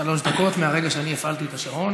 שלוש דקות מרגע שאני הפעלתי את השעון.